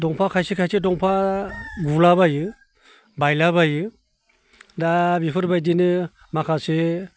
दंफाङा खायसे खायसे दंफाङा गुलाबायो बायला बायो दा बेफोरबायदिनो माखासे